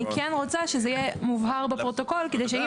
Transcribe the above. אני כן רוצה שזה יהיה מובהר בפרוטוקול כדי שאם